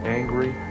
angry